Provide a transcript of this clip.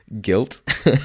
guilt